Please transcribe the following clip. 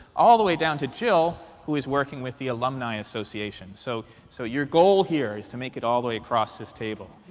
all the way down to jill, who is working with the alumni association. so so your goal here is to make it all the way across this table.